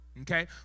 Okay